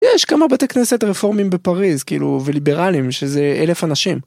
יש כמה בתי כנסת רפורמים בפריז כאילו וליברלים שזה אלף אנשים.